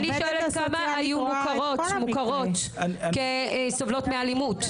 כמוכרות כסובלות מאלימות.